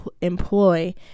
employ